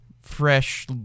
fresh